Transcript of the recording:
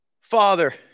Father